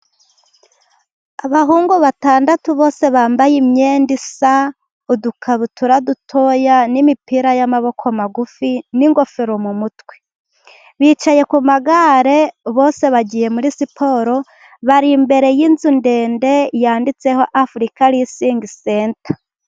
Abahungu batandatu bose bambaye imyenda isa, udukabutura dutoya, n'imipira y'amaboko magufi, n'ingofero mu mutwe, bicaye ku magare, bose bagiye muri siporo, bari imbere y'inzu ndende, yanditseho Afurika risingi senta.